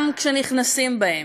גם כשנכנסים בהם.